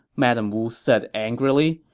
madame wu said angrily.